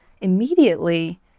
immediately